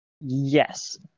Yes